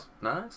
nice